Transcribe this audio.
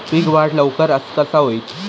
पीक वाढ लवकर कसा होईत?